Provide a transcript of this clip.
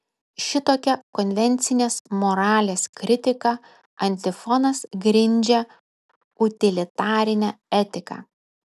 šitokia konvencinės moralės kritika antifonas grindžia utilitarinę etiką